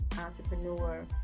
entrepreneur